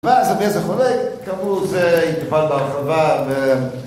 ואז רב אליעזר חולק, כאמור זה ידובר בהרחבה